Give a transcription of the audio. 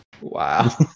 Wow